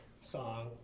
song